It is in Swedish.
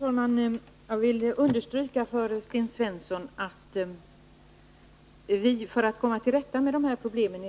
Herr talman! Jag vill understryka för Sten Svensson att vi i regeringen, för Fredagen den att komma till rätta med de här problemen,